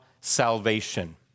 salvation